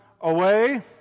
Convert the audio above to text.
away